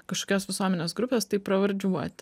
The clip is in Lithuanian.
kažkokios visuomenės grupės taip pravardžiuot